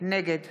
נגד